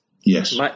Yes